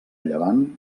llevant